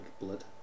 blood